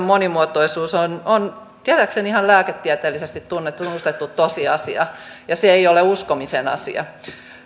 monimuotoisuus on on tietääkseni ihan lääketieteellisesti tunnustettu tosiasia ja se ei ole uskomisen asia